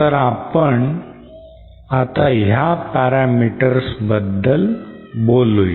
तर आपण आता ह्या parameters बद्दल बोलू